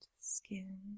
skin